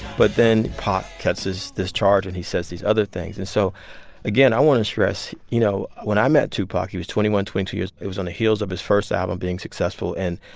but then pac catches this charge and he says these other things. and so again i want to stress, you know, when i met tupac, he was twenty one twenty two years. it was on the heels of his first album being successful and,